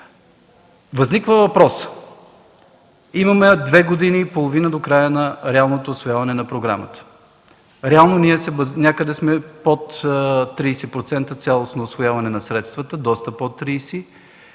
Възниква въпрос. Имаме две години и половина до края на реалното усвояване на програмата – реално ние някъде сме под 30% цялостно усвояване на средствата, доста под 30%.